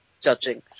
judging